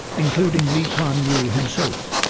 including lee kwan yew himself.